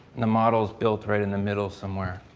the model is built right in the middle somewhere.